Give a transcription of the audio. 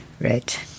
Right